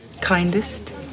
kindest